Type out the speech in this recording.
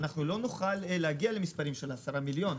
לא נוכל להגיע למספרים של 10 מיליון.